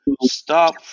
stop